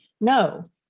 No